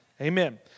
Amen